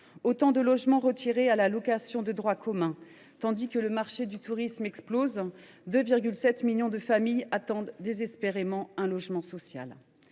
autant de logements retirés à la location de droit commun ; tandis que le marché du tourisme explose, 2,7 millions de familles attendent désespérément un logement social.